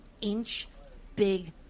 inch-big